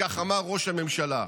כך אמר ראש הממשלה.